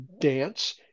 dance